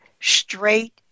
straight